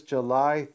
July